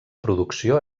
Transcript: producció